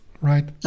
right